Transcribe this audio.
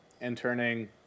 interning